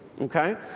Okay